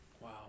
Wow